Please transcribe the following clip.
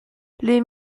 les